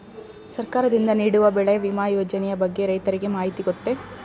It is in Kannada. ಸರ್ಕಾರದಿಂದ ನೀಡುವ ಬೆಳೆ ವಿಮಾ ಯೋಜನೆಯ ಬಗ್ಗೆ ರೈತರಿಗೆ ಮಾಹಿತಿ ಗೊತ್ತೇ?